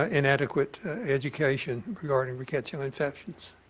ah inadequate education regarding rickettsial infections.